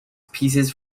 pieces